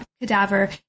cadaver